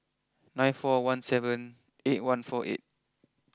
nine four one seven eight one four eight